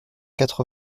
quatre